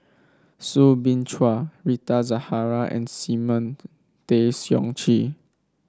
Soo Bin Chua Rita Zahara and Simon Tay Seong Chee